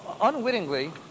unwittingly